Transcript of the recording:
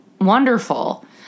Wonderful